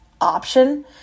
option